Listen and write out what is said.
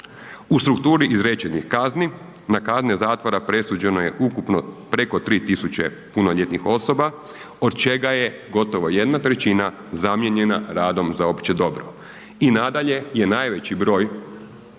U strukturi izrečenih kazni na kazne zatvora presuđeno je ukupno preko 3000 punoljetnih osoba, od čega je gotovo 1/3 zamijenjena radom za opće dobro i nadalje je najveći broj